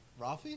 Rafi